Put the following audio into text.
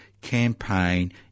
campaign